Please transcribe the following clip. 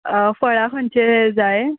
फळां खंयचे जाय